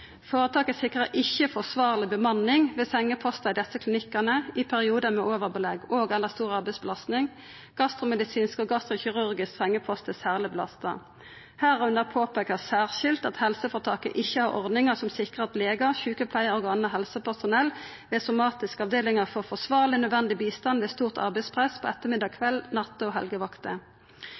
Foretaket sikrer ikke forsvarlig bemanning ved sengeposter i disse klinikkene i perioder med overbelegg og/eller stor arbeidsbelastning. Gastromedisinsk og gastrokirurgisk sengepost er særlig belastet. Herunder påpekes særskilt at helseforetaket ikke har ordninger som sikrer at leger, sykepleiere og annet helsepersonell ved somatiske avdelinger får forsvarlig/nødvendig bistand ved stort arbeidspress på ettermiddags-, kvelds-, natte- og helgevakter.